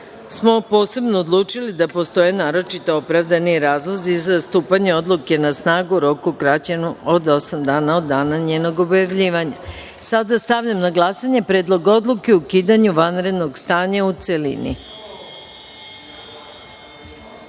smo posebno odlučili da postoje naročito opravdani razlozi za stupanje odluke na snagu u roku kraćem od osam dana od dana njenog objavljivanja. Stavljam na glasanje Predlog odluke o ukidanju vanrednog stanja, u